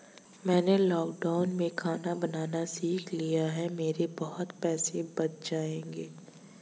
मैंने लॉकडाउन में खाना बनाना सीख लिया है, मेरे बहुत पैसे बच जाएंगे